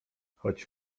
choć